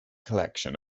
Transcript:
collection